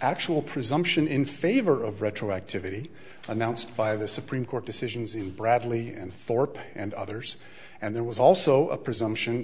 actual presumption in favor of retroactivity announced by the supreme court decisions in bradley and thorpe and others and there was also a presumption